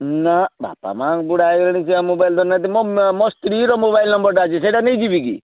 ନା ବାପା ମାଆ ବୁଢ଼ା ହେଇଗଲେଣି ସେ ଆଉ ମୋବାଇଲ୍ ଧରୁନାହାନ୍ତି ମୋ ମୋ ସ୍ତ୍ରୀର ମୋବାଇଲ୍ ନମ୍ବରଟା ଅଛି ସେଇଟା ନେଇଯିବି କି